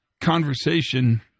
conversation